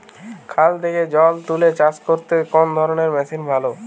খাল থেকে জল তুলে চাষ করতে কোন ধরনের মেশিন ভালো?